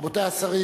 רבותי השרים,